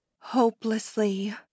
hopelessly